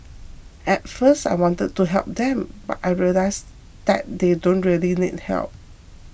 at first I wanted to help them but I realised that they don't really need help